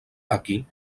aquí